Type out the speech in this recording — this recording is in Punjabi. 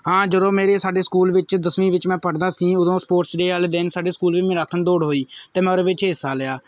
ਹਾਂ ਜਦੋਂ ਮੇਰੇ ਸਾਡੇ ਸਕੂਲ ਵਿੱਚ ਦਸਵੀਂ ਵਿੱਚ ਮੈਂ ਪੜ੍ਹਦਾ ਸੀ ਉਦੋਂ ਸਪੋਰਟਸ ਡੇਅ ਵਾਲੇ ਦਿਨ ਸਾਡੇ ਸਕੂਲ ਵਿੱਚ ਮੈਰਾਥਨ ਦੌੜ ਹੋਈ ਅਤੇ ਮੈਂ ਉਹਦੇ ਵਿੱਚ ਹਿੱਸਾ ਲਿਆ